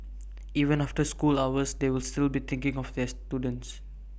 even after school hours they will still be thinking of their students